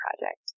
project